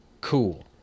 cool